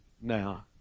now